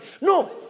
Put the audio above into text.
No